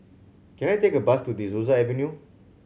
can I take a bus to De Souza Avenue